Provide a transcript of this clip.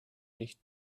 nicht